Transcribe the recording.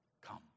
Come